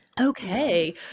okay